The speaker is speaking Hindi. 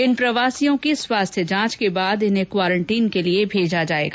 इन प्रवासियों की स्वास्थ्य जांच के बाद इन्हें क्वारंटीन के लिए भेजा जाएगा